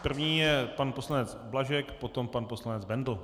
První je pan poslanec Blažek, potom pan poslanec Bendl.